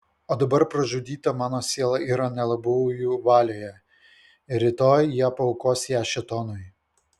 o dabar pražudyta mano siela yra nelabųjų valioje ir rytoj jie paaukos ją šėtonui